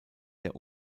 der